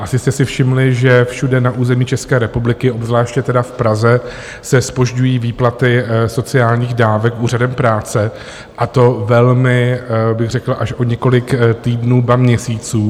Asi jste si všimli, že všude na území České republiky, obzvláště tedy v Praze, se zpožďují výplaty sociálních dávek Úřadem práce, a to velmi bych řekl, až o několik týdnů, ba měsíců.